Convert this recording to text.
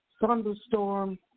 thunderstorm